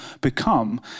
become